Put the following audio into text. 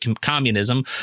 communism